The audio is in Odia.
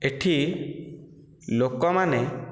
ଏଠାରେ ଲୋକମାନେ